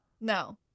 No